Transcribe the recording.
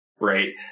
right